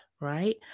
right